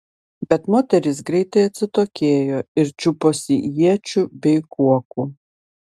bet moterys greitai atsitokėjo ir čiuposi iečių bei kuokų